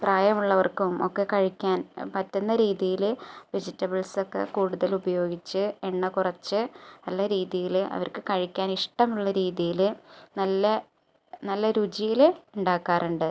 പ്രായമുള്ളവർക്കും ഒക്കെ കഴിക്കാൻ പറ്റുന്ന രീതിയിൽ വെജിറ്റബിൾസൊക്കെ കൂടുതൽ ഉപയോഗിച്ച് എണ്ണ കുറച്ച് നല്ല രീതിയിൽ അവർക്ക് കഴിക്കാൻ ഇഷ്ടമുള്ള രീതിയിൽ നല്ല നല്ല രുചിയിൽ ഉണ്ടാക്കാറുണ്ട്